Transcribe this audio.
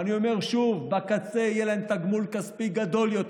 ואני אומר שוב: בקצה יהיה להן תגמול כספי גדול יותר,